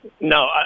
No